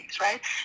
right